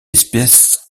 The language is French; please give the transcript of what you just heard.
espèce